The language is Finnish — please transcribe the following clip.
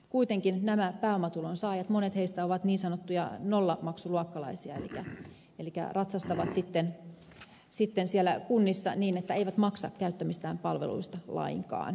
kuitenkin monet pääomatulonsaajista ovat niin sanottuja nollamaksuluokkalaisia elikkä ratsastavat sitten siellä kunnissa niin että eivät maksa käyttämistään palveluista lainkaan